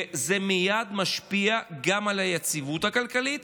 וזה מייד משפיע גם על היציבות הכלכלית,